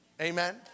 Amen